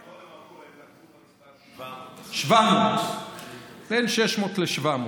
אתמול הם נקבו במספר 700. 700. בין 600 ל-700.